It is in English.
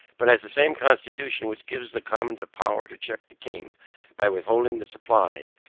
but as the same constitution which gives the commons a power to check the king by withholding the supplies,